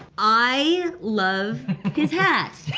i love his hat.